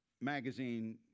magazine